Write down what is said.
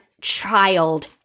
child